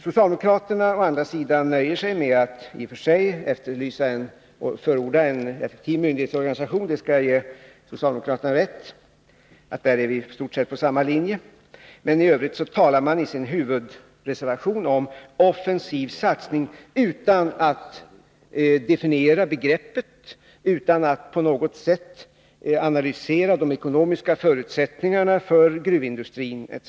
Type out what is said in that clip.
Socialdemokraterna förordar också en effektiv myndighetsorganisation. Nr 174 Jag skall ge socialdemokraterna rätt i det, därför att vi är där i stort sett på Fredagen den samma linje. Men i övrigt talar socialdemokraterna i sin huvudreservation 11 juni 1982 om offensiv satsning, utan att definiera begreppet, utan att på något sätt analysera de ekonomiska förutsättningarna för gruvindustrin etc.